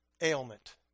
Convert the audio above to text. ailment